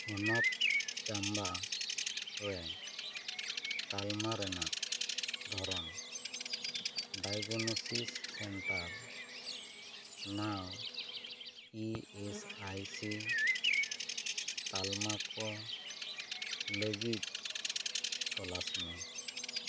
ᱦᱚᱱᱚᱛ ᱪᱟᱢᱵᱟ ᱨᱮ ᱛᱟᱞᱢᱟ ᱨᱮᱱᱟᱜ ᱫᱷᱚᱨᱚᱱ ᱰᱟᱭᱟᱜᱽᱱᱚᱥᱤᱥ ᱥᱮᱱᱴᱟᱨ ᱱᱟᱣ ᱤ ᱮᱥ ᱟᱭ ᱥᱤ ᱛᱟᱞᱢᱟ ᱠᱚ ᱞᱟᱹᱜᱤᱫ ᱛᱚᱞᱟᱥ ᱢᱮ